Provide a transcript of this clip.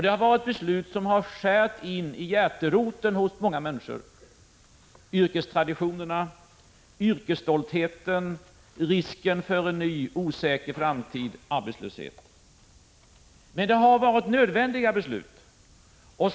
Det har varit beslut som skurit in i hjärteroten hos många människor och som gällt yrkestraditionerna, yrkesstoltheten och risken för en ny osäker framtid i arbetslöshet. Men det har varit nödvändiga beslut.